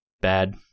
bad